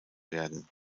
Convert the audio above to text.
werden